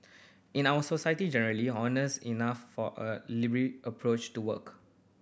in our society generally honest enough for a approach to work